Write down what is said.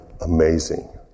amazing